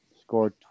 scored